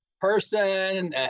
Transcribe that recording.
Person